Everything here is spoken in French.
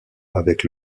avec